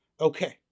Okay